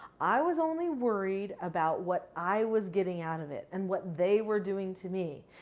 i was only worried about what i was getting out of it and what they were doing to me.